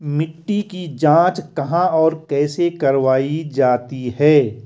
मिट्टी की जाँच कहाँ और कैसे करवायी जाती है?